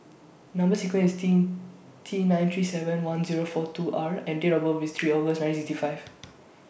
Number sequence IS T T nine three seven one Zero four two R and Date of birth IS three August nine sixty five